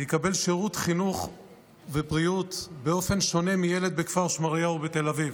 יקבל שירות חינוך ובריאות באופן שונה מילד בכפר שמריהו או בתל אביב.